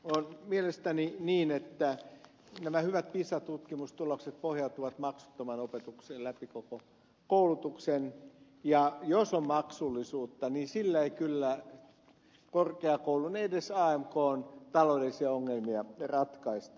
on mielestäni niin että nämä hyvät pisa tutkimustulokset pohjautuvat maksuttomaan opetukseen läpi koko koulutuksen ja jos on maksullisuutta niin sillä ei kyllä korkeakoulun ei edes amkn taloudellisia ongelmia ratkaista